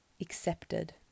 accepted